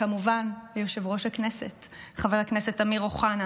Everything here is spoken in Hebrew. וכמובן ליושב-ראש הכנסת חבר הכנסת אמיר אוחנה: